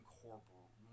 corporate